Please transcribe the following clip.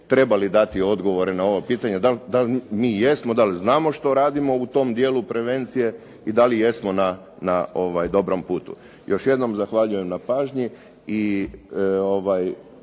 trebali dati odgovor na ovo pitanje. Da li mi jesmo, da li znamo što radimo u tom dijelu prevencije i da li jesmo na dobrom putu? Još jednom zahvaljujem na pažnji